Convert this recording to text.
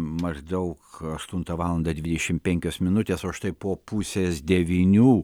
maždaug aštuntą valandą dvidešim penkios minutės o štai po pusės devynių